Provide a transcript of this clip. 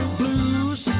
blues